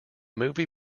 movie